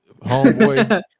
homeboy